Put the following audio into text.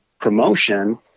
promotion